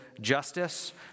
justice